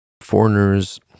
foreigners